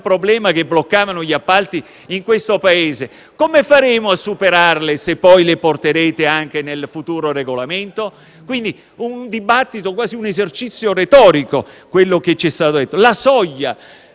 problema perché bloccavano gli appalti in questo Paese, come faremo a superarle se poi le porterete anche nel futuro regolamento? Quindi un dibattito, quasi un esercizio retorico, quello che ci viene presentato. Elevare la soglia